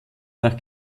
nach